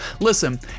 Listen